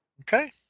Okay